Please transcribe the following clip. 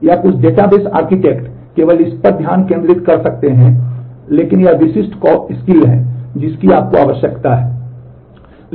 या कुछ database architect हैं जिनकी आपको आवश्यकता है